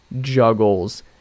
juggles